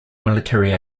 military